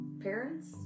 parents